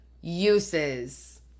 uses